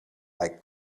like